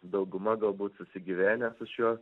dauguma galbūt susigyvenę su šiuo